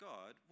God